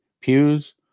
pews